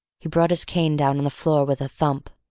he brought his cane down on the floor with a thump.